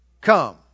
Come